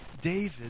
David